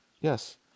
Yes